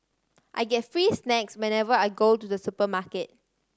I get free snacks whenever I go to the supermarket